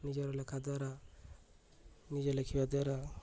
ନିଜର ଲେଖା ଦ୍ୱାରା ନିଜେ ଲେଖିବା ଦ୍ୱାରା